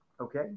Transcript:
okay